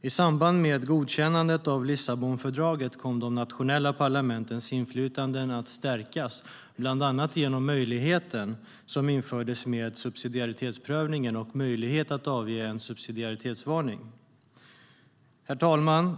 I samband med godkännandet av Lissabonfördraget kom de nationella parlamentens inflytande att stärkas bland annat genom den möjlighet som infördes med subsidiaritetsprövningen och möjligheten att avge en subsidiaritetsvarning. Herr talman!